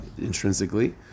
intrinsically